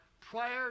prior